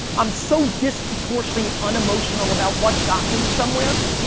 i'm so disproportionately unemotional about what got me somewhere,